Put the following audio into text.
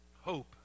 hope